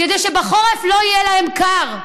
כדי שבחורף לא יהיה להם קר,